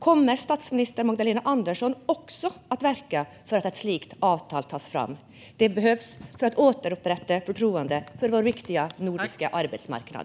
Kommer statsminister Magdalena Andersson också att verka för att ett sådant avtal tas fram? Det behövs för att återupprätta förtroendet för vår viktiga nordiska arbetsmarknad.